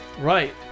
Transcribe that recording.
Right